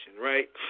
right